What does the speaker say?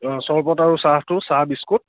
অঁ চৰবত আৰু চাহটো চাহ বিস্কুট